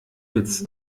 witz